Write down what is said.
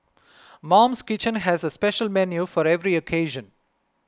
Mum's Kitchen has a special menu for every occasion